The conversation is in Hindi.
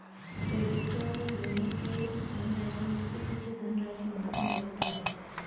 क्रेडिटर, ऋणी के धनराशि में से कुछ धनराशि मार्जिन रखता है